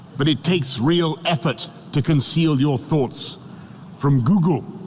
but it takes real effort to conceal your thoughts from google.